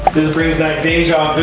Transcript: brings back deja